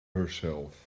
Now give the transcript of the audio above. herself